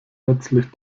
letztlich